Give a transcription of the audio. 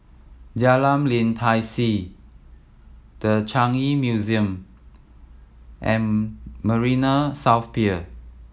Jalan Lim Tai See The Changi Museum and Marina South Pier